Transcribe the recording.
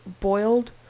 boiled